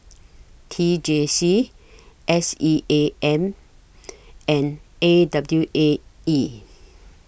T J C S E A M and A W A E